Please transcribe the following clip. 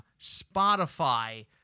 Spotify